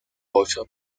ocho